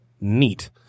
Neat